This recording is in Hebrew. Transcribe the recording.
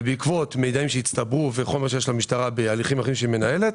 ובעקבות מידעים שהצטברו וחומר שיש למשטרה בהליכים אחרים שהיא מנהלת,